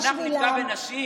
תגידי ממה,